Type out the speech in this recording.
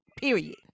Period